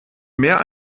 mehr